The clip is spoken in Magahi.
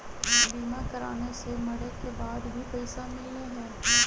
बीमा कराने से मरे के बाद भी पईसा मिलहई?